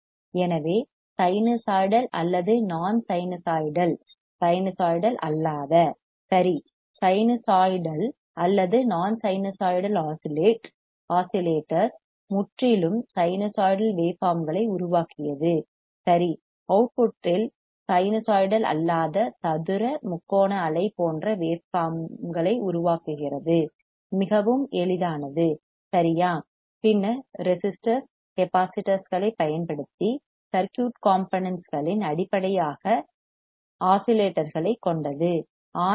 எனவே சைனூசாய்டல் அல்லது non sinusoidal non sinusoidal sinusoidal அல்லாத சரி சைனூசாய்டல் அல்லது நான் சைனூசாய்டல் ஆஸிலேட்டர்ஸ் முற்றிலும் சைனூசாய்டல் வேவ் ஃபார்ம்ங்களை உருவாக்கியது சரி அவுட்புட்டில் சைனூசாய்டல் அல்லாத சதுர முக்கோண அலை போன்ற வேவ் ஃபார்ம்ங்களை உருவாக்குகிறது மிகவும் எளிதானது சரியா பின்னர் ரெசிஸ்டர்ஸ் கெப்பாசிட்டர்ஸ்களைப் பயன்படுத்தி சர்க்யூட் காம்போனென்ட்ஸ் களின் அடிப்படையாக ஆஸிலேட்டர்களை கொண்டது ஆர்